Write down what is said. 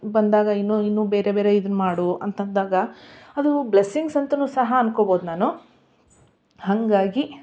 ಬಂದಾಗ ಇನ್ನೂ ಇನ್ನೂ ಬೇರೆ ಬೇರೆ ಇದನ್ನ ಮಾಡು ಅಂತ ಅಂದಾಗ ಅದು ಬ್ಲೆಸ್ಸಿಂಗ್ಸ್ ಅಂತಲೂ ಸಹ ಅಂದ್ಕೊಳ್ಬೋದು ನಾನು ಹಾಗಾಗಿ